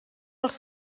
els